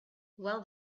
well